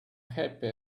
happy